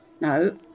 no